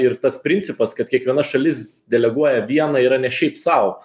ir tas principas kad kiekviena šalis deleguoja vieną yra ne šiaip sau